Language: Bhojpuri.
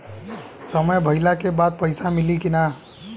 समय भइला के बाद पैसा मिली कि ना?